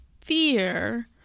fear